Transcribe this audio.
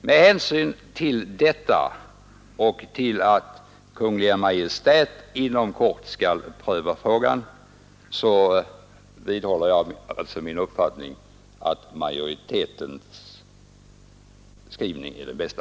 Med hänsyn till detta och till att Kungl. Maj:t inom kort skall pröva frågan vidhåller jag min uppfattning att majoritetens skrivning är den bästa.